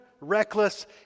reckless